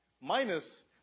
minus